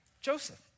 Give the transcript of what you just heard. Joseph